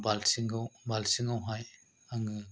बाल्टिंखौ बाल्टिङावहाय आङो